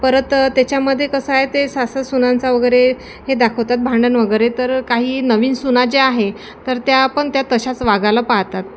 परत त्याच्यामध्ये कसं आहे ते सासू सुनांचा वगैरे हे दाखवतात भांडण वगैरे तर काही नवीन सुना ज्या आहे तर त्या पण त्या तशाच वागायला पाहतात